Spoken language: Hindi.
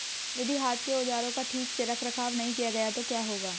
यदि हाथ के औजारों का ठीक से रखरखाव नहीं किया गया तो क्या होगा?